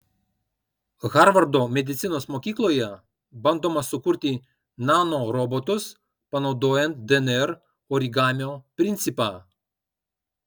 harvardo medicinos mokykloje bandoma sukurti nanorobotus panaudojant dnr origamio principą